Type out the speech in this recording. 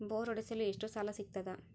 Bore ಹೊಡೆಸಲು ಎಷ್ಟು ಸಾಲ ಸಿಗತದ?